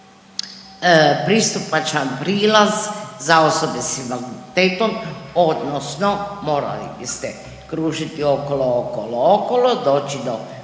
pristupačan prilaz za osobe s invaliditetom, odnosno morali biste kružiti okolo, okolo, okolo, doći do